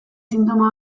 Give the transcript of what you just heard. sintoma